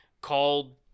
called